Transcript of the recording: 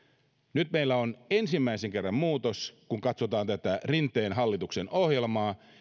nyt meillä on ensimmäisen kerran muutos kun katsotaan tätä rinteen hallituksen ohjelmaa